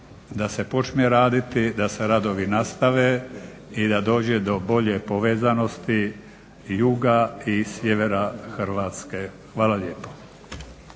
da se počne raditi, da se radovi nastave i da dođe do bolje povezanosti juga i sjevera Hrvatske. Hvala lijepo.